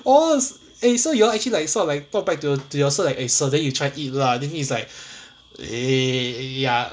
oh eh so you all actually like sort of like talk back to your to your sir like eh sir then you try eat lah then he is like eh ya